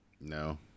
No